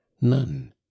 none